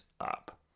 up